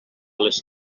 les